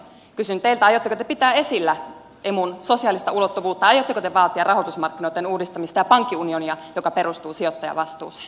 aiotteko te pitää esillä emun sosiaalista ulottuvuutta aiotteko te vaatia rahoitusmarkkinoitten uudistamista ja pankkiunionia joka perustuu sijoittajavastuuseen